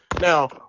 now